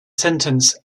sentence